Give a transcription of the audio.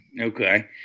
Okay